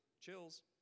chills